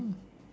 mm